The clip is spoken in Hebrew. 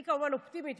אני כמובן אופטימית,